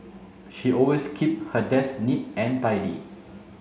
she always keep her desk neat and tidy